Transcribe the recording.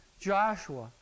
Joshua